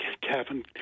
Kevin